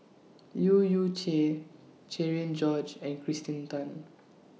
Leu Yew Chye Cherian George and Kirsten Tan